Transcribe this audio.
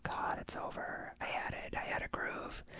god, it's over. i had it. i had a grove,